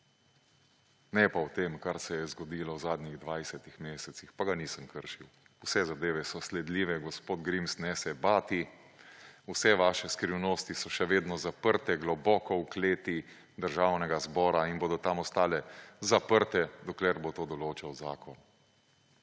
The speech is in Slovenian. ne pa o tem, kar se je zgodilo v zadnjih 20 mesecih. Pa ga nisem kršil. Vse zadeve so sledljive, gospod Grims, ne se bati. Vse vaše skrivnosti so še vedno zaprte globoko v kleti Državnega zbora in bodo tam ostale zaprte, dokler bo to določal zakon.